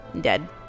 dead